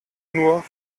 nur